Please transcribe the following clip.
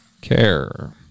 care